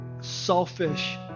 selfish